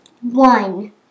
One